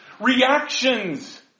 Reactions